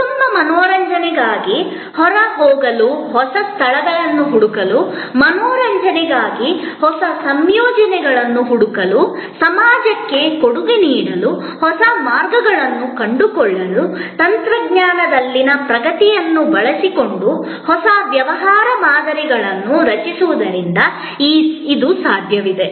ಕುಟುಂಬ ಮನರಂಜನೆಗಾಗಿ ಹೊರಹೋಗಲು ಹೊಸ ಸ್ಥಳಗಳನ್ನು ಹುಡುಕಲು ಮನರಂಜನೆಗಾಗಿ ಹೊಸ ಸಂಯೋಜನೆಗಳನ್ನು ಹುಡುಕಲು ಸಮಾಜಕ್ಕೆ ಕೊಡುಗೆ ನೀಡಲು ಹೊಸ ಮಾರ್ಗಗಳನ್ನು ಕಂಡುಕೊಳ್ಳಲು ತಂತ್ರಜ್ಞಾನದಲ್ಲಿನ ಪ್ರಗತಿಯನ್ನು ಬಳಸಿಕೊಂಡು ಹೊಸ ವ್ಯವಹಾರ ಮಾದರಿಗಳನ್ನು ರಚಿಸುವುದರಿಂದ ಈಗ ಸಾಧ್ಯವಿದೆ